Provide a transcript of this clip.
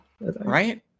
Right